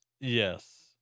Yes